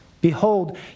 Behold